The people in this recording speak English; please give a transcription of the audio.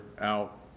out